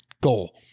goal